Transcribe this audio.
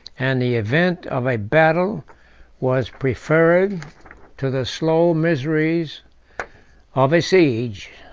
and the event of a battle was preferred to the slow miseries of a siege.